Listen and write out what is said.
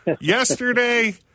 Yesterday